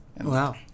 Wow